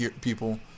people